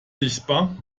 sichtbar